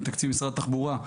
מתקציב משרד התחבורה.